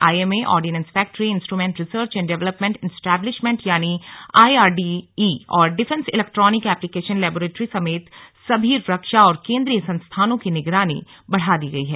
IMA ordnance factory instrument research and development establishment यानी IRDE और defence electronic application laboratory सर्मेत सभी रक्षा और केंद्रीय संस्थानों की निगरानी बढ़ा दी गई है